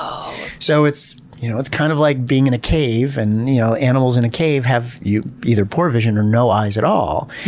um so it's you know it's kind of like being in a cave, and you know animals in a cave have either poor vision or no eyes at all,